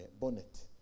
bonnet